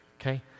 okay